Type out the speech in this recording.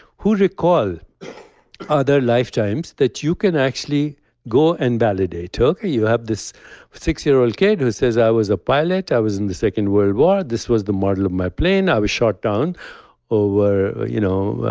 who recall other lifetimes that you can actually go and validate. okay, you have this six year old kid who says, i was a pilot, i was in the second world war. this was the model of my plane. i was shot down over you know